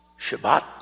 Shabbat